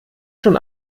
schon